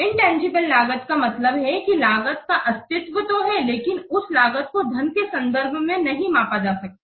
intangible लागत का मतलब है कि लागत का अस्तित्व तो है लेकिन उस लागत को धन के सन्दर्भ में नहीं मापा जा सकता